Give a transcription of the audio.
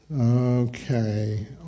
okay